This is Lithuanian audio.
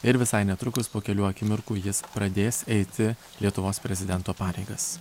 ir visai netrukus po kelių akimirkų jis pradės eiti lietuvos prezidento pareigas